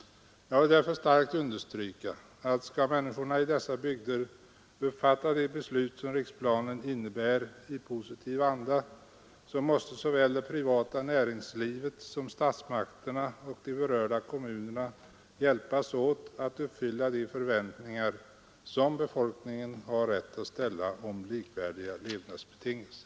Jag vill därför starkt understryka att skall människorna i dessa bygder uppfatta de beslut som riksplanen innebär i positiv anda, så måste det privata näringslivet, statsmakterna och de berörda kommunerna hjälpas åt att uppfylla de förväntningar som befolkningen har rätt att ställa om likvärdiga levnadsbetingelser.